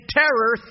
terror